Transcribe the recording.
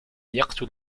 يقتل